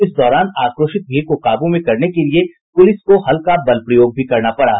इस दौरान आक्रोशित भीड़ को काबू में करने के लिए पुलिस को हल्का बल प्रयोग भी करना पड़ा